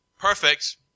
Perfect